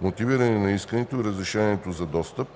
мотивиране на искането и разрешението за достъп;